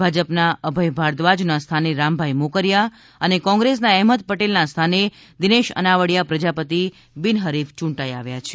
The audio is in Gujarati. ભાજપના અભય ભારદ્વાજના સ્થાને રામભાઇ મોકરિયા અને કોંગ્રેસના એહમદ પટેલના સ્થાને દિનેશ અનાવડીયા પ્રજાપતિ બિનહરીફ યૂંટાઈ આવ્યા છે